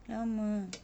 lama